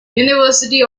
university